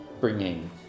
bringing